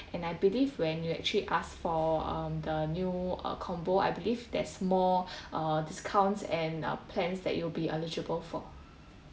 and I believe when you actually ask for um the new uh combo I believe there's more uh discounts and uh plans that you'll be eligible for